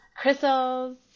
Crystals